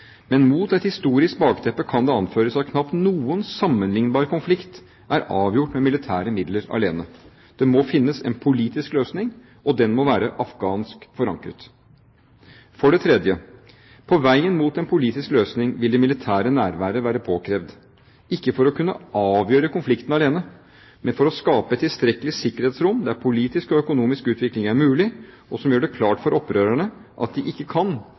men mot et historisk bakteppe kan det anføres at knapt noen sammenlignbar konflikt er avgjort med militære midler alene. Det må finnes en politisk løsning. Og den må være afghansk forankret. For det tredje: På veien mot en politisk løsning vil det militære nærværet være påkrevd – ikke for å kunne avgjøre konflikten alene, men for å skape et tilstrekkelig sikkerhetsrom der politisk og økonomisk utvikling er mulig, og som gjør det klart for opprørerne at de ikke kan